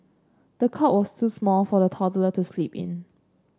the cot was too small for the toddler to sleep in